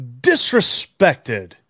disrespected